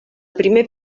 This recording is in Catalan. primer